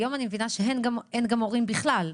אני מבינה שהיום אין הורים בכלל.